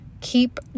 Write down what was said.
keep